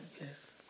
Yes